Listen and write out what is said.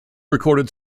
recorded